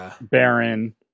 Baron